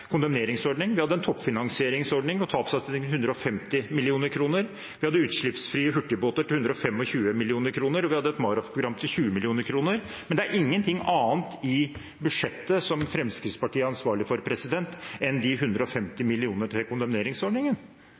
kondemneringsordning. Vi hadde en toppfinansieringsordning på 150 mill. kr, vi hadde utslippsfrie hurtigbåter til 125 mill. kr, og vi hadde et Maroff-program til 20 mill. kr. Men det er ingenting annet i budsjettet Fremskrittspartiet er ansvarlig for, enn de 150 mill. kr til kondemneringsordningen.